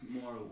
More